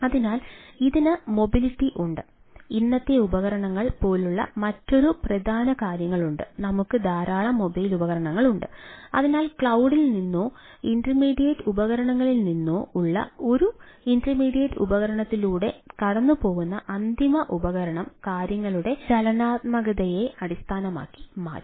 അതിനാൽ ക്ലൌഡ് ഉപകരണങ്ങളിലൂടെ കടന്നുപോകുന്ന അന്തിമ ഉപകരണം കാര്യങ്ങളുടെ ചലനാത്മകതയെ അടിസ്ഥാനമാക്കി മാറും